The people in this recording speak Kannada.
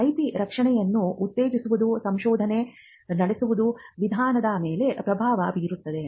IP ರಕ್ಷಣೆಯನ್ನು ಉತ್ತೇಜಿಸುವುದು ಸಂಶೋಧನೆ ನಡೆಸುವ ವಿಧಾನದ ಮೇಲೆ ಪ್ರಭಾವ ಬೀರುತ್ತದೆ